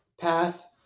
path